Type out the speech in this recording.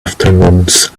afternoons